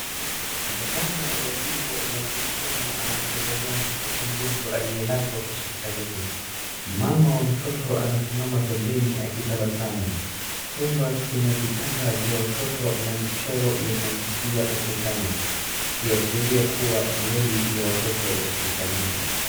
Gavana wa jimbo la Kisumu anamtembelea mtoto mgonjwa aliyelazwa hospitalini. Mama wa mtoto anasimama pembeni akitabasamu. Chumba kina vitanda vya watoto na michoro ya kuvutia ukutani ikiashiria kuwa ni wodi ya watoto hospitalini.